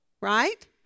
right